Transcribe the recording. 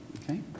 Okay